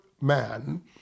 man